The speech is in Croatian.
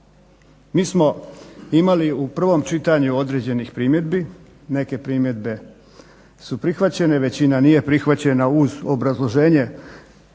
Mi smo imali u prvom čitanju određenih primjedbi, neke primjedbe su prihvaćene, većina nije prihvaćena uz obrazloženje